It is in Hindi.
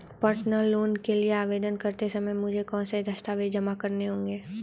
पर्सनल लोन के लिए आवेदन करते समय मुझे कौन से दस्तावेज़ जमा करने होंगे?